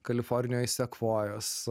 kalifornijoj sekvojas